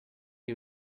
you